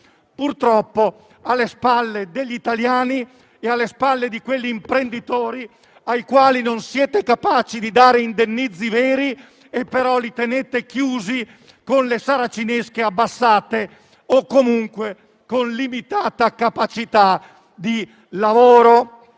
purtroppo alle spalle degli italiani e di quegli imprenditori ai quali non siete capaci di dare indennizzi veri, che, però, tenete chiusi, con le saracinesche abbassate o comunque con limitata capacità di lavoro.